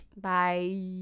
Bye